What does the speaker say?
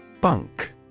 Bunk